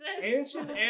Ancient